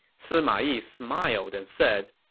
sima yi smiled and said,